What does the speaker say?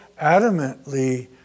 adamantly